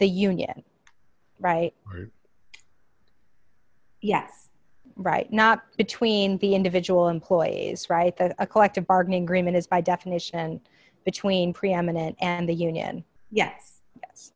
the union right yes right not between the individual employees right that a collective bargaining agreement is by definition between preeminent and the union yes yes